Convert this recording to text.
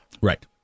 Right